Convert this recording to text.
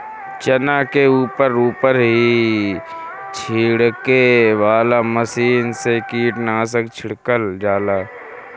चना के ऊपर ऊपर ही छिड़के वाला मशीन से कीटनाशक छिड़कल जाला